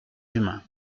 humains